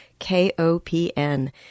KOPN